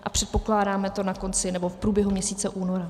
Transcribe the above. A předpokládáme to na konci nebo v průběhu měsíce února.